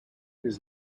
his